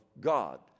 god